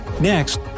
Next